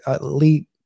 elite